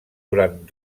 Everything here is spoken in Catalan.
durant